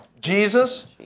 Jesus